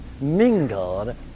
mingled